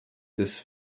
des